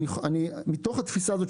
מתוך התפיסה הזאת,